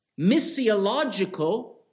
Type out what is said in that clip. missiological